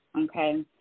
Okay